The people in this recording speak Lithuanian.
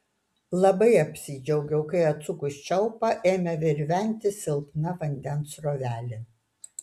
labai apsidžiaugiau kai atsukus čiaupą ėmė virventi silpna vandens srovelė